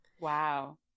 Wow